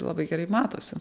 labai gerai matosi